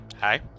Hi